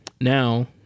now